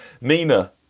Nina